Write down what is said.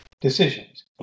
decisions